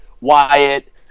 Wyatt